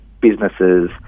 businesses